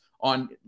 on